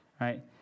right